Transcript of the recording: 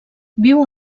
viu